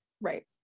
right